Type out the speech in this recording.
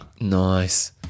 Nice